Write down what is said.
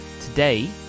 Today